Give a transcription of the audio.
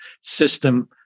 system